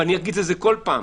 ואני אומר את זה כל פעם,